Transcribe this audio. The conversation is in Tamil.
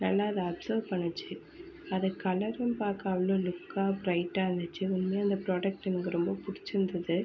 நல்லா அதை அப்சார்ப் பண்ணுச்சு அது கலரும் பார்க்க அவ்வளோக லுக்காக ப்ரைட்டாக இருந்துச்சு உண்மையாக அந்த ப்ராடக்ட் எனக்கு ரொம்ப பிடிச்சிருந்தது